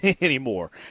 anymore